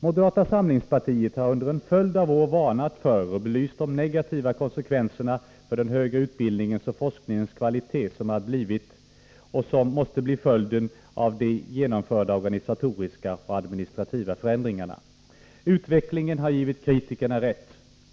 Moderata samlingspartiet har under en följd av år varnat för och belyst de negativa konsekvenserna för den högre utbildningens och forskningens kvalitet som har blivit och som måste bli följden av de genomförda organisatoriska och administrativa förändringarna. Utvecklingen har givit kritikerna rätt.